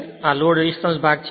અને આ load resistance ભાગ છે